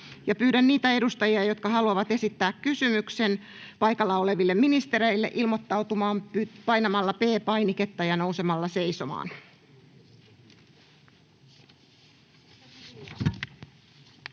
Pyydän niitä edustajia, jotka haluavat esittää kysymyksen paikalla oleville ministereille, ilmoittautumaan painamalla P-painiketta ja nousemalla seisomaan. Edustaja